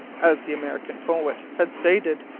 as the american poet had stated,